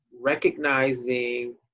recognizing